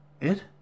It